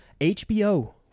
HBO